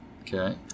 okay